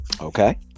Okay